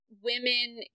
women